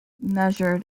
measured